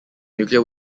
nuclear